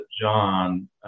John